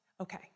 okay